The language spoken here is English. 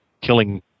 killing